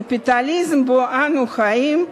הקפיטליזם שבו אנו חיים,